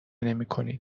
نمیکنید